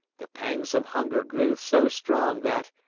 the pangs of hunger grew so strong that,